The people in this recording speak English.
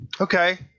Okay